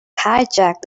hijack